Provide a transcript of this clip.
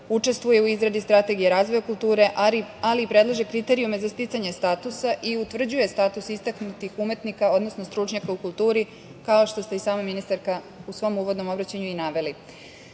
učestvuje u izradi strategije razvoja kulture, ali i predlaže kriterijume za sticanje statusa i utvrđuje status istaknutih umetnika, odnosno stručnjaka u kulturi, kao što ste i sama ministarka, u svom uvodnom obraćanju i naveli. Sam